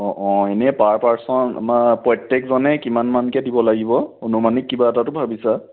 অঁ অঁ এনে পাৰ পাৰ্ছন আমাৰ প্ৰত্যেকজনে কিমান মানকৈ দিব লাগিব অনুমানিক কিবা এটাতো ভাবিছা